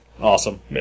Awesome